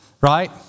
right